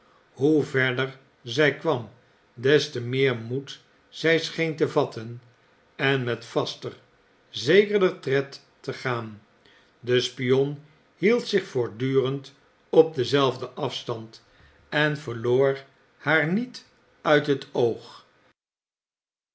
hoe verder zij kwam des te meer moed zij scheen te vatten en met vaster zekerder tred te gaan de spion hield zich voortdurend op denzelfden afstand en verloor haar niet uit het oog